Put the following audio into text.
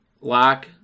Lock